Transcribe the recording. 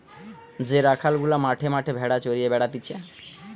যে রাখাল গুলা মাঠে মাঠে ভেড়া চড়িয়ে বেড়াতিছে